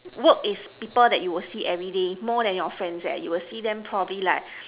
work is people that you will see everyday more than your friends eh you will see them probably like